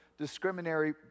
discriminatory